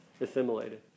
assimilated